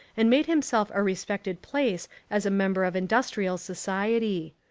and made him self a respected place as a member of indus trial society.